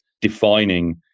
defining